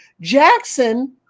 Jackson